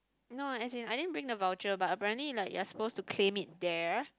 no as in I didn't bring the voucher but apparently like you're supposed to claim it there